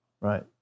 Right